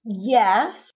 Yes